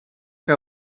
que